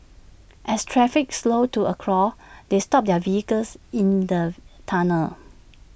as traffic slowed to A crawl they stopped their vehicles in the tunnel